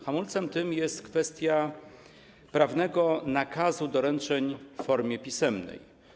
Hamulcem tym jest kwestia prawnego nakazu doręczeń w formie pisemnej.